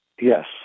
Yes